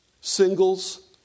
singles